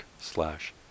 slash